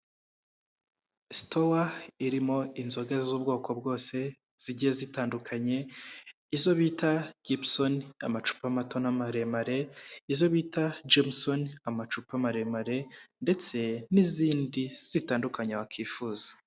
Sitowa irimo inzoga z'ubwoko bwose zigiye zitandukanye, izo bita Gipson, amacupa mato n'amaremare, izo bita Jameson, amacupa maremare, ndetse n'izindi zitandukanye wakwifuza.